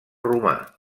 romà